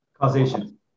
causation